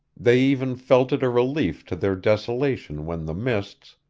they even felt it a relief to their desolation when the mists,